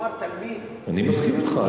כלומר תלמיד, אני מסכים אתך.